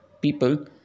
people